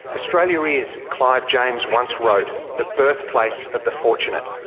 australia is, clive james once wrote, the birthplace of the fortunate.